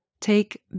Take